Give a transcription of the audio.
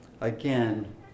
again